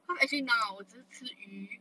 because actually now 我只吃鱼